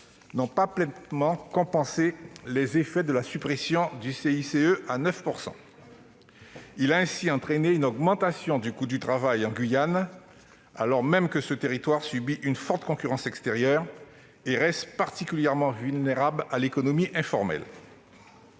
n'ont pas pleinement compensé les effets de la suppression du CICE à 9 %. Cela a entraîné une augmentation du coût du travail en Guyane, alors même que ce territoire subit une forte concurrence extérieure et reste particulièrement vulnérable par rapport à l'économie informelle.